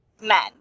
men